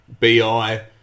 BI